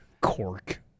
Cork